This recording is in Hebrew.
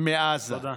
מעזה.